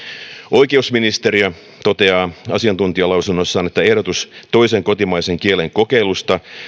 oikeusministeriö toteaa asiantuntijalausunnossaan että ehdotus toisen kotimaisen kielen kokeilusta